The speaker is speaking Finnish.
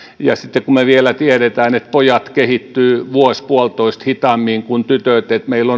sitten kun me vielä tiedämme että pojat kehittyvät vuosi puolitoista hitaammin kuin tytöt niin meillä